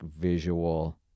visual